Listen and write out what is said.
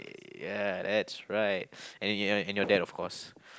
ya that's right and your and your dad of course